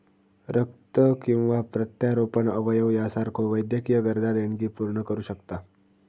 रक्त किंवा प्रत्यारोपण अवयव यासारख्यो वैद्यकीय गरजा देणगी पूर्ण करू शकता